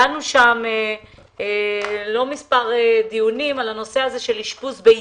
דנו שם לא מספר דיונים על הנושא הזה של אשפוז ביתי.